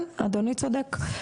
כן, אדוני צודק.